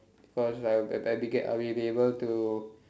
because I I'll be get I'll be able to